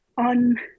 on